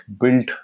built